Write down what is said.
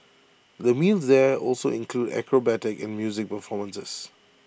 the meals there also include acrobatic and music performances